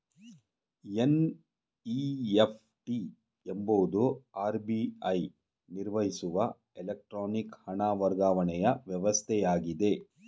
NEFT ಎಂಬುದು RBI ನಿರ್ವಹಿಸುವ electronic ಹಣ ವರ್ಗಾವಣೆಯ ವ್ಯವಸ್ಥೆಯಾಗಿದೆ